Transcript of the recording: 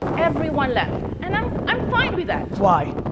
everyone left, and um i'm fine with that. why?